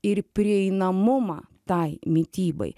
ir prieinamumą tai mitybai